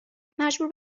مجبور